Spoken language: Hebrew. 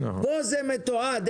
זה מתועד,